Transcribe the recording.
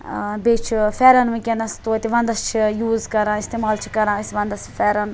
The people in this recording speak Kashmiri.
بیٚیہِ چھِ پھیٚرَن وِنکیٚنَس توتہِ وَندَس چھِ یوٗز کَران اِستعمال چھِ کَران أسۍ وَندَس پھیٚرَن